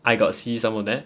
I got see some of them